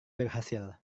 berhasil